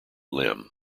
limb